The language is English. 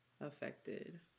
affected